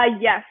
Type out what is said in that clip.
Yes